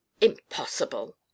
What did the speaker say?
Impossible